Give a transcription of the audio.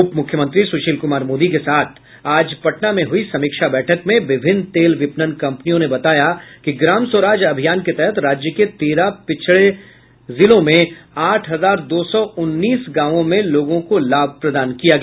उप मुख्यमंत्री सुशील कुमार मोदी के साथ आज पटना में हुई समीक्षा बैठक में विभिन्न तेल विपणन कंपनियों ने बताया कि ग्राम स्वराज अभियान के तहत राज्य के तेरह पिछले जिलों में आठ हजार दो सौ उन्नीस गांवों में लोगों को लाभ प्रदान किया गया